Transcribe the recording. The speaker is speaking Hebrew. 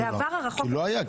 בעבר הרחוק --- כי לא היה.